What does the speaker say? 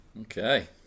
Okay